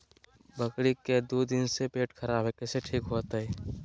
बकरी के दू दिन से पेट खराब है, कैसे ठीक होतैय?